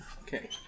Okay